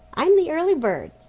i'm the early bird,